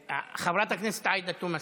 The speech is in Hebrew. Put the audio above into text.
חברת הכנסת עאידה תומא סלימאן,